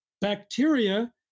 bacteria